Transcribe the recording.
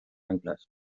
anclas